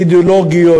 אידיאולוגיות,